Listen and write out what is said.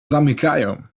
zamykają